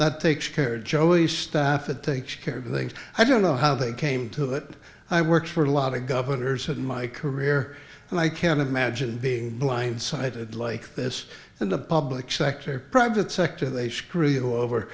that takes care joey stafford takes care of things i don't know how they came to it i worked for a lot of governors in my career and i can't imagine being blindsided like this in the public sector private sector they screw you over